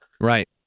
Right